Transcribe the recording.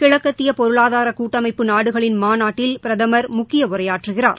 கிழக்கத்திய பொருளாதார கூட்டமைப்பு நாடுகளின் மாநாட்டில் பிரதமர் முக்கிய உரையாற்றுகிறார்